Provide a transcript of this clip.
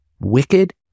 wicked